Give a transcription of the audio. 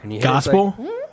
Gospel